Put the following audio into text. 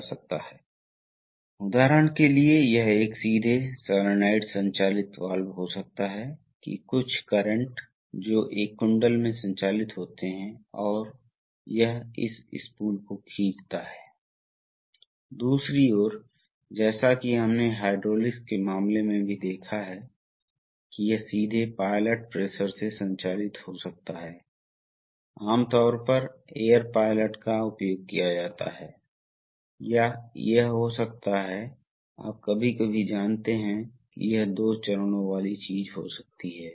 आगे क्या होता है आप एक नया चक्र कैसे शुरू करते हैं इसलिए आप इस तरह एक नया चक्र शुरू करते हैं एक नया चक्र वास्तव में एक पुश बटन दबाकर शुरू किया जाता है इसलिए इस कुंडली को ऐसे विद्युत परिपथ में जोड़ा जाना चाहिए जैसे कि इसे इस सीमा स्विच द्वारा बंद किया जा सकता है जैसा कि हमने विस्तार चक्र के अंत में हद तक देखा है और इसे पुश बटन द्वारा स्विच किया जा सकता है इसलिए हर बार जब आप एक एक्सटेंशन रिट्रेक्शन मोशन शुरू करना चाहते हैं तो आप को इस सॉलोनॉइड को स्विच करने की आवश्यकता है